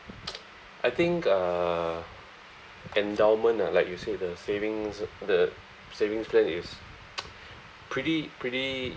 I think uh endowment ah like you say the savings the savings plan is pretty pretty